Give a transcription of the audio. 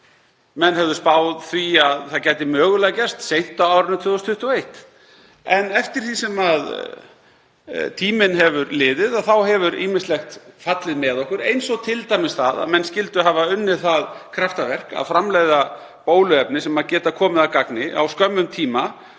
Menn höfðu spáð því að það gæti mögulega gerst seint á árinu 2021. En eftir því sem tíminn hefur liðið þá hefur ýmislegt fallið með okkur, t.d. það að menn skyldu hafa unnið það kraftaverk að framleiða bóluefni sem geta komið að gagni á skömmum tíma,